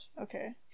Okay